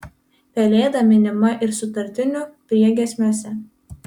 pelėda minima ir sutartinių priegiesmiuose